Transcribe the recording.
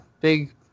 big